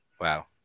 Wow